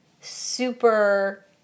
super